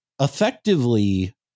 effectively